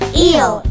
eel